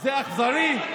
זה אכזרי?